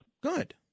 Good